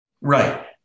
Right